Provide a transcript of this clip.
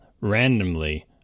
randomly